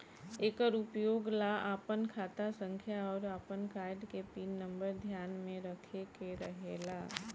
एकर उपयोग ला आपन खाता संख्या आउर आपन कार्ड के पिन नम्बर ध्यान में रखे के रहेला